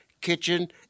Kitchen